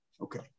Okay